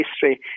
history